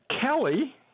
Kelly